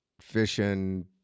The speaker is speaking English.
fishing